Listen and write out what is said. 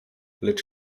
lecz